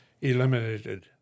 eliminated